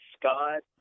Scott